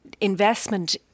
investment